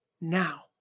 now